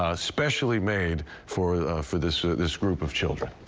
ah specially made for for this this group of children.